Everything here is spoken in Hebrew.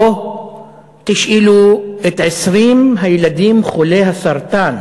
או תשאלו את 20 הילדים חולי הסרטן